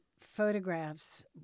photographs